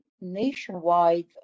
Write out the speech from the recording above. nationwide